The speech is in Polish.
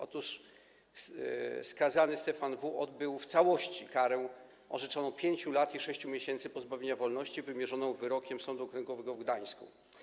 Otóż skazany Stefan W. odbył w całości karę orzeczoną 5 lat i 6 miesięcy pozbawienia wolności wymierzoną wyrokiem Sądu Okręgowego w Gdańsku.